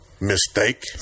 mistake